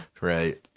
Right